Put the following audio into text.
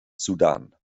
sudan